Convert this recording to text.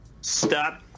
stop